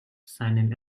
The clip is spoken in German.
seinem